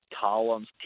columns